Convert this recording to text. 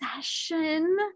session